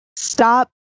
Stop